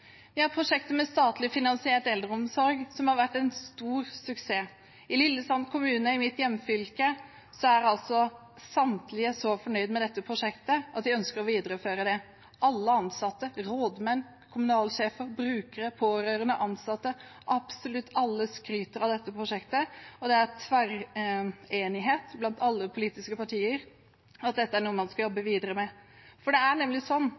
Vi har prosjekter med statlig finansiert eldreomsorg, som har vært en stor suksess. I Lillesand kommune i mitt hjemfylke er samtlige så fornøyd med dette prosjektet at de ønsker å videreføre det. Alle ansatte, rådmenn, kommunalsjefer, brukere, pårørende – absolutt alle – skryter av dette prosjektet, og det er enighet blant alle politiske partier om at dette er noe man skal jobbe videre med. Det er nemlig sånn